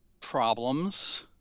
problems